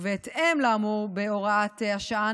ובהתאם לאמור בהוראת השעה,